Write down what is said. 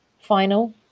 final